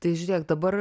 tai žiūrėk dabar